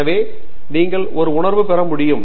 எனவே நீங்கள் ஒரு உணர்வு பெற முடியும்